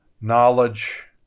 knowledge